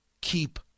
Keep